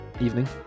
evening